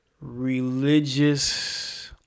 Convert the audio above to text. religious